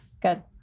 good